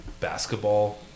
basketball